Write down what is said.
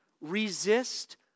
resist